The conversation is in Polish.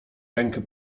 rękę